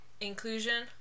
inclusion